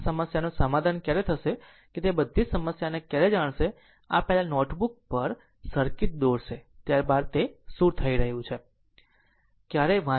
આ સમસ્યાનું સમાધાન ક્યારે થશે તે આ બધી સમસ્યાને ક્યારે જાણશે આ પહેલાં નોટબુક પર સર્કિટ દોરશે ત્યારબાદ તે શું થઈ રહ્યું છે